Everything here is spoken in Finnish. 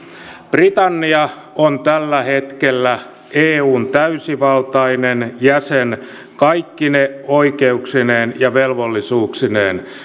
britannia on tällä hetkellä eun täysivaltainen jäsen kaikkine oikeuksineen ja velvollisuuksineen